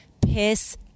piss